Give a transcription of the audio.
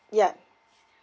ya